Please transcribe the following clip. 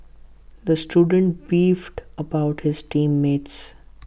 the student beefed about his team mates